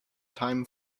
time